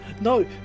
no